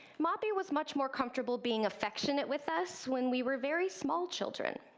moppy was much more comfortable being affectionate with us when we were very small children.